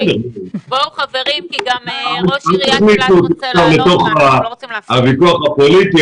אני לא נכנס לוויכוח הפוליטי,